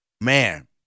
Man